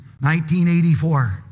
1984